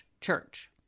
church